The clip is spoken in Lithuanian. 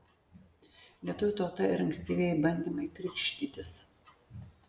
lietuvių tauta ir ankstyvieji bandymai krikštytis